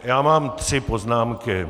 Já mám tři poznámky.